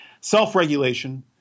self-regulation